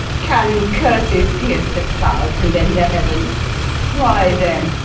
can curses pierce the clouds and enter heaven why, then,